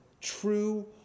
true